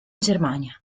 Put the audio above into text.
germania